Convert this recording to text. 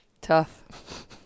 tough